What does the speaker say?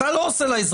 ולא אתה עושה לו טובה,